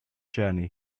journey